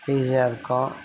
ஈஸியாக இருக்கும்